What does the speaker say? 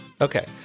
Okay